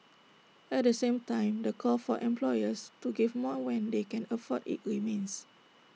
at the same time the call for employers to give more when they can afford IT remains